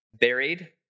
buried